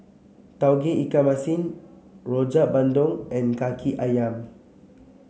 Tauge Ikan Masin Rojak Bandung and Kaki ayam